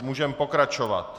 Můžeme pokračovat.